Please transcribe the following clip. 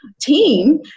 team